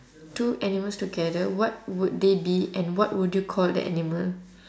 two animals together what would they be and what would you call that animal